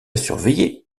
surveillé